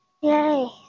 Yay